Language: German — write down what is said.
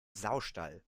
saustall